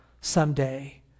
someday